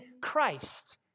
Christ